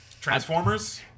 Transformers